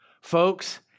Folks